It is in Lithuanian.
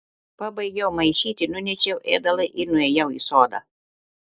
pabaigiau maišyti nunešiau ėdalą ir nuėjau į sodą